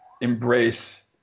embrace